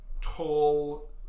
tall